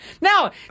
Now